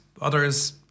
others